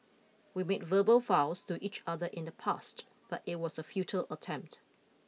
we made verbal vows to each other in the past but it was a futile attempt